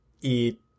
eat